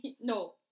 No